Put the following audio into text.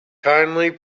kindly